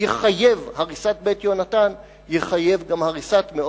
שיחייב את הריסת "בית יהונתן" יחייב גם הריסת